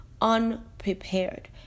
Unprepared